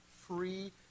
free